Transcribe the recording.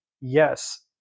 yes